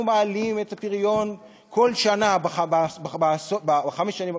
מעלים את הפריון כל שנה בחמש השנים,